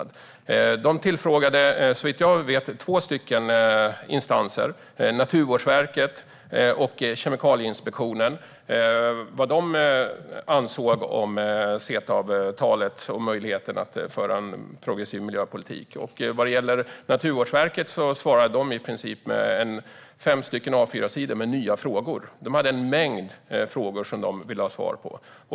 De frågade, såvitt jag vet, två instanser - Naturvårdsverket och Kemikalieinspektionen - vad man ansåg om CETA-avtalet och möjligheten att föra en progressiv miljöpolitik. Naturvårdsverket svarade i princip med fem A4-sidor med nya frågor. De hade en mängd frågor som de ville ha svar på.